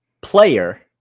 player